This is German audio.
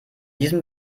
diesem